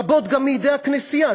רבות גם מידי הכנסייה,